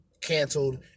canceled